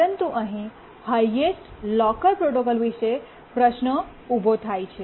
પરંતુ અહીં highest locker protocol વિશે પ્રશ્ન ઉભો થાય છે